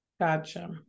gotcha